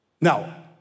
Now